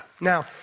Now